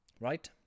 right